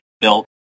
built